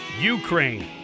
Ukraine